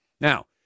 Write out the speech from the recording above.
Now